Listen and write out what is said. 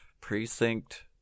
Precinct